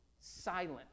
silent